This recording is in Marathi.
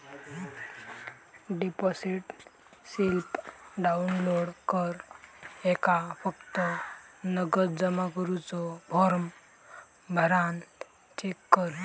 डिपॉसिट स्लिप डाउनलोड कर ह्येका फक्त नगद जमा करुचो फॉर्म भरान चेक कर